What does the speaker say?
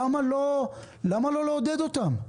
למה לא לעודד אותם?